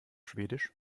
schwedisch